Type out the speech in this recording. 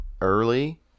early